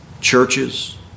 churches